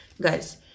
guys